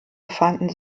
befanden